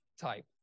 type